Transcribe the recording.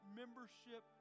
membership